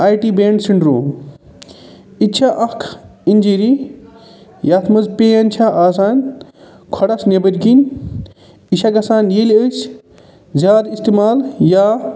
I T band syndrome یہِ چھِ اَکھ اِنجٕری یَتھ منٛز پین چھےٚ آسان کھۄڈَس نٮ۪بٕرۍ کِنۍ یہِ چھےٚ گژھان ییٚلہِ أسۍ زیادٕ اِستعمال یا